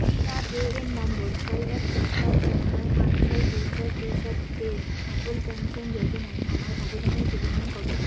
P R A N number ছয় এক চার পাঁচ চার নয় আট ছয় দুই চার দুই সাত এর অটল পেনশন যোজনায় আমার অবদানের পরিমাণ কত